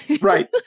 Right